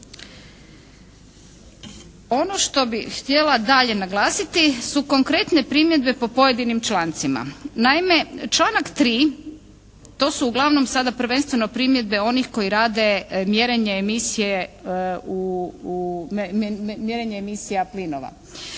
ono što bi htjela dalje naglasiti su konkretne primjedbe po pojedinim člancima. Naime, članak 3. to su uglavnom sada prvenstveno primjedbe onih koji rade mjerenje emisije u,